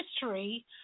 history